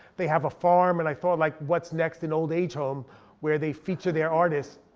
they have a farm, and i thought like what's next? an old age home where they feature their artists.